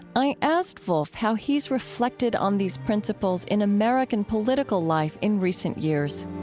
i asked volf how he's reflected on these principles in american political life in recent years